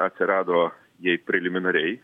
atsirado jai preliminariai